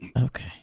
Okay